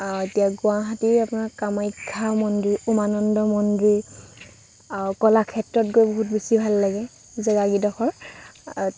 এতিয়া গুৱাহাটীৰ আপোনাৰ কামাখ্যা মন্দিৰ উমানন্দ মন্দিৰ কলাক্ষেত্ৰত গৈ বহুত বেছি ভাল লাগে জেগাকিডখৰ